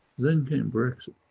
then came brexit.